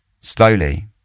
Slowly